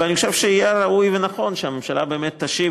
אני חושב שיהיה ראוי ונכון שהממשלה באמת תשיב